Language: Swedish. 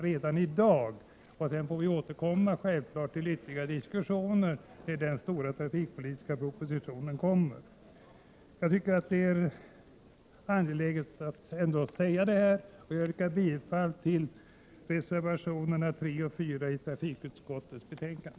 Sedan får vi självfallet återkomma med ytterligare diskussioner när den stora trafikpolitiska propositionen kommer. Jag finner det angeläget att säga detta, och jag yrkar bifall till reservationerna 3 och 4 i trafikutskottets betänkande.